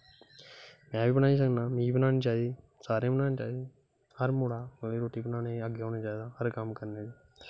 में बा बनाई सकना में बी बनानी चाही दी सारें गा बनानी चाही दी हर मुड़ा मतलव कि रुट्टी बनानें गी अग्गैं होना चाही दा मतलब हर इक कम्में गी